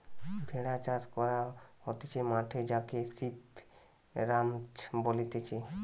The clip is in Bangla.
ভেড়া চাষ করা হতিছে মাঠে যাকে সিপ রাঞ্চ বলতিছে